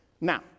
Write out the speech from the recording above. Now